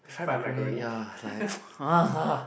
fried macaroni ya like ah ah